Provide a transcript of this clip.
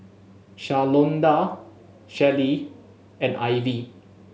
Shalonda Shelli and Ivie